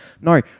No